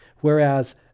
whereas